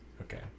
okay